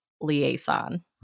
Liaison